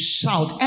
shout